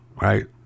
right